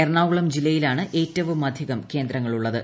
എറണാകുളം ജില്ലയിലാണ് ഏറ്റവുമധികം കേന്ദ്രങ്ങളുളളത്